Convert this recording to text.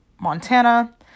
Montana